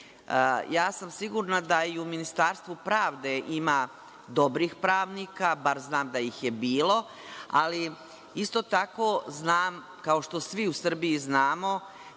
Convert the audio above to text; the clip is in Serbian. sam sigurna da i u Ministarstvu pravde ima dobrih pravnika, bar znam da ih je bilo, ali isto tako znam, kao što svi u Srbiji znamo,